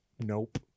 Nope